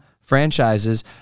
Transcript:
franchises